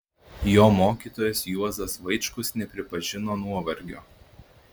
jo mokytojas juozas vaičkus nepripažino nuovargio